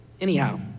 anyhow